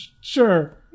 Sure